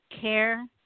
care